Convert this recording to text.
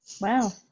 Wow